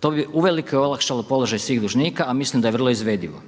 to bi uvelike olakšalo položaj svih dužnika a mislim da je vrlo izvedivo.